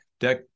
deck